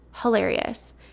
hilarious